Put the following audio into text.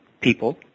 people